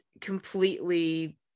completely